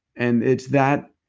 and it's that.